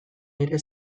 ere